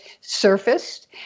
surfaced